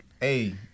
Hey